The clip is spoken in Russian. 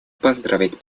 поздравить